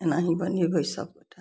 एनाही बनेबय सब गोटा